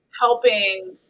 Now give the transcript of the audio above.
helping